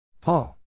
paul